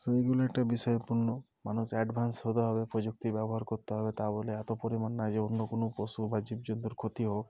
so এগুলো একটা বিষয়পূর্ণ মানুষ অ্যাডভান্স হতে হবে প্রযুক্তি ব্যবহার করতে হবে তা বলে এত পরিমাণ নয় যে অন্য কোনো পশু বা জীবজন্তুর ক্ষতি হোক